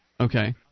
Okay